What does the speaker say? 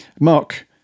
Mark